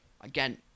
Again